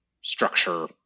structure